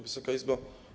Wysoka Izbo!